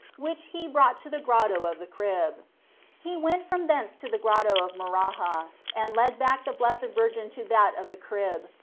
which he brought to the grotto of the crib he went from thence to the grotto of maraha and led back the blessed virgin to that of the crib,